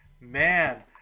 man